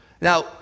Now